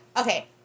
Okay